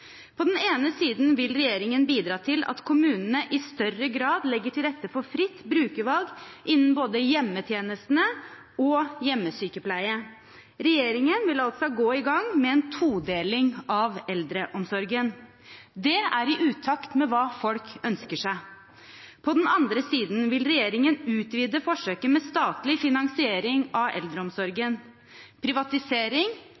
På den ene siden vil regjeringen bidra til at kommunene i større grad legger til rette for fritt brukervalg innen både hjemmetjeneste og hjemmesykepleie. Regjeringen vil altså gå i gang med en todeling av eldreomsorgen. Det er i utakt med hva folk ønsker seg. På den andre siden vil regjeringen utvide forsøket med statlig finansiering av